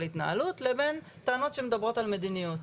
התנהלות לבין הטענות שמדברות על מדיניות.